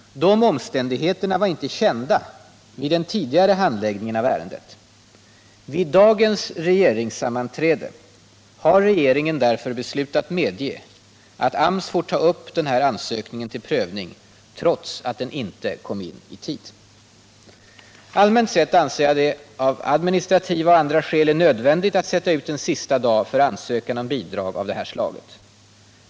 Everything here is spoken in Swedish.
De omständigheterna var inte kända vid den tidigare handläggningen av ärendet. Vid dagens regeringssammanträde har regeringen därför beslutat medge att AMS får ta upp denna ansökning till prövning trots att den inte kom in i tid. Allmänt sett anser jag att det av administrativa och andra skäl är nödvändigt att sätta ut en sista dag för ansökan om bidrag av det här slaget.